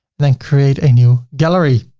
then create a new gallery.